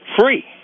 free